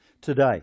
today